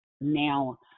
now